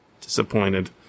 disappointed